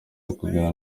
yakozwe